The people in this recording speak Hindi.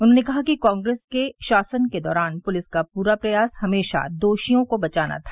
उन्होंने कहा कि कांग्रेस सरकार के शासन के दौरान पुलिस का पूरा प्रयास हमेशा दोषियों को बचाना था